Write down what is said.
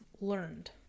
learned